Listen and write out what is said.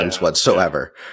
whatsoever